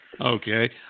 Okay